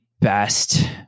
best